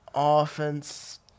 Offense